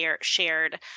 shared